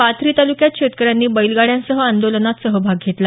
पाथरी तालुक्यात शेतकऱ्यांनी बैलगाड्यांसह आंदोलनात सहभाग घेतला